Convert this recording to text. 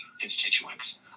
constituents